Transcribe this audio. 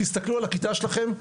תסתכלו על הכיתה שלכם,